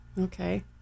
Okay